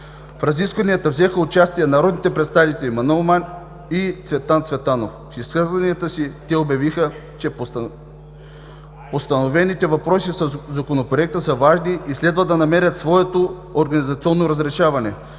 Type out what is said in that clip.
В разискванията взеха участие народните представители Маноил Манев и Цветан Цветанов. В изказванията си те обявиха, че поставените въпроси със Законопроекта са важни и следва да намерят своето организационно разрешаване.